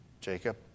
Jacob